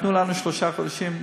תנו לנו שלושה חודשים,